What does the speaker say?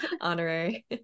Honorary